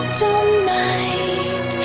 tonight